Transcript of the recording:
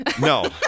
No